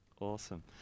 awesome